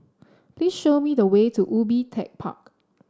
please show me the way to Ubi Tech Park